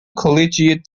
collegiate